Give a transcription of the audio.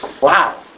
Wow